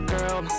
Girl